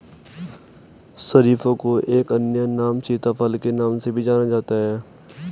शरीफा को एक अन्य नाम सीताफल के नाम से भी जाना जाता है